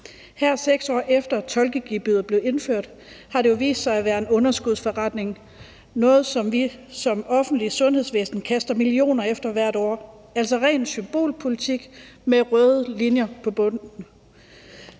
Her 6 år efter at tolkegebyret blev indført, har det jo vist sig at være en underskudsforretning og noget, som vi som offentligt sundhedsvæsen kaster millioner efter hvert år, altså ren symbolpolitik med røde tal på bundlinjen.